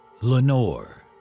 Lenore